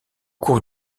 cours